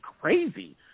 crazy